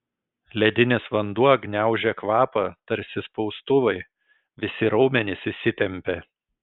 ledinis vanduo gniaužė kvapą tarsi spaustuvai visi raumenys įsitempė